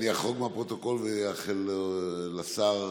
אחרוג מהפרוטוקול ואאחל לשר